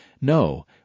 No